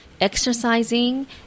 exercising